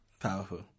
Powerful